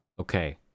okay